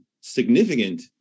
significant